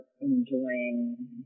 enjoying